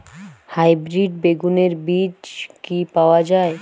Hybrid বেগুনের বীজ কি পাওয়া য়ায়?